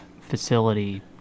facility